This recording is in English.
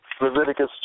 Leviticus